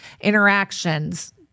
interactions